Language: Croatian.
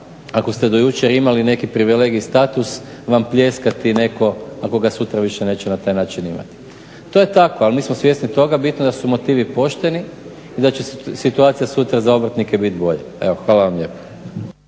ako ste do jučer imali neki privilegij i status vam pljeskati netko ako ga sutra više neće na taj način imati. To je tako, ali mi smo svjesni toga. Bitno da su motivi pošteni i da će situacija sutra za obrtnike biti bolja. Evo, hvala vam lijepo.